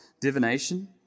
divination